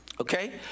Okay